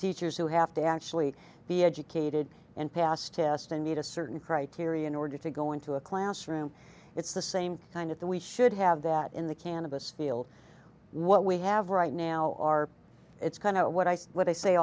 teachers who have to actually be educated and pass tests and meet a certain criteria in order to go into a classroom it's the same kind of that we should have that in the cannabis field what we have right now are it's kind of what i say what i say